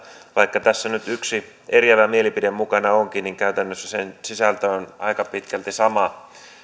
vaikka tässä nyt yksi eriävä mielipide mukana onkin niin käytännössä sen sisältö on aika pitkälti sama kuin